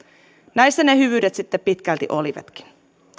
näissä ne hyvyydet sitten pitkälti olivatkin